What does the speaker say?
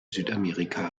südamerika